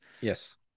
Yes